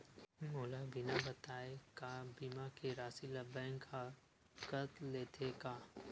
मोला बिना बताय का बीमा के राशि ला बैंक हा कत लेते का?